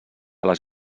les